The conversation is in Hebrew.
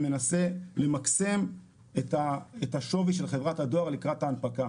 הוא מנסה למקסם את השווי של חברת הדואר לקראת ההנפקה.